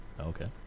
okay